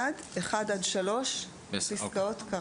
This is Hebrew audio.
(ב)(1) (1) עד (3) פסקות.